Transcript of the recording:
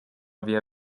via